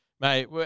Mate